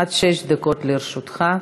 עד שש דקות לרשותך.